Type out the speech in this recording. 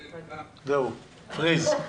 --- זהו, פריז.